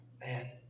man